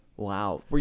Wow